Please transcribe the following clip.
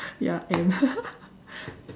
ya end